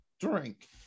drink